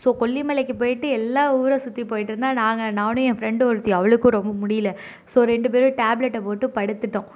so கொல்லிமலைக்கு போயிட்டு எல்லா ஊரை சுற்றி போயிட்டு இருந்தோம் நாங்கள் நானும் என் ஃப்ரெண்டு ஒருத்தி அவளுக்கும் ரொம்ப முடியல ஸோ ரெண்டு பேரும் டேப்லெட்டை போட்டு படுத்துவிட்டோம்